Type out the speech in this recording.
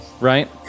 Right